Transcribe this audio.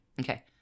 okay